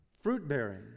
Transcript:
Fruit-bearing